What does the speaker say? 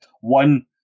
one